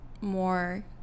more